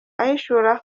ahishura